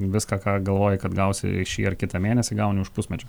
viską ką galvojai kad gausi šį ar kitą mėnesį gauni už pusmečio